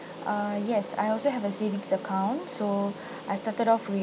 uh yes I also have a savings account so I started off with